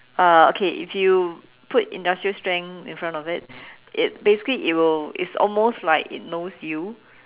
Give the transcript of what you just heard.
uh okay if you put industrial strength in front of it basically it will it's almost like it knows you